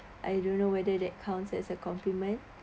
I don't know whether that counts as a compliment